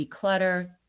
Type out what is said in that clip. declutter